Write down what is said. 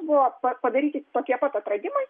buvo pa padaryti tokie pat atradimai